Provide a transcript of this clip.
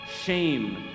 shame